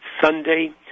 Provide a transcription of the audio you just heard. Sunday